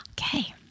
okay